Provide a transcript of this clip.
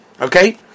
Okay